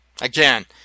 Again